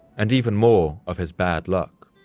and even more of his bad luck.